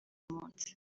munsi